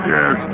Yes